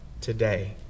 today